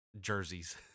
jerseys